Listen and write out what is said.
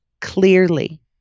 clearly